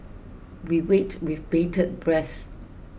we wait with bated breath